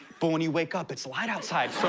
but when you wake up, it's light outside,